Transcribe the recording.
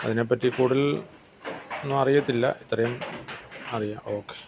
അതിനെ പറ്റി കൂടുതൽ ഒന്നും അറിയില്ല ഇത്രയും അറിയാം ഓക്കെ